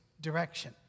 direction